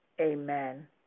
amen